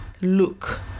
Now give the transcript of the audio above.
look